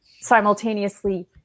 simultaneously